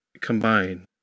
combine